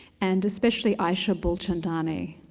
and especially ayesha bulchandani.